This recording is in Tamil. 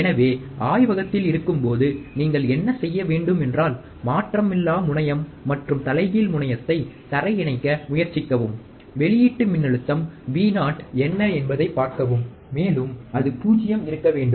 எனவே ஆய்வகத்தில் இருக்கும்போது நீங்கள் என்ன செய்ய வேண்டும் என்றால் மாற்றமிலா முனையம் மற்றும் தலைகீழ் முனையத்தை தரையிணைக்க முயற்சிக்கவும் வெளியீட்டு மின்னழுத்தம் Vo என்ன என்பதைப் பார்க்கவும் மேலும் அது 0 இருக்க வேண்டும்